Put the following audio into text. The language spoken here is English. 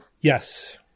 Yes